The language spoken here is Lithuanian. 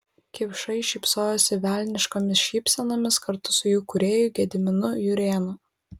kipšai šypsojosi velniškomis šypsenomis kartu su jų kūrėju gediminu jurėnu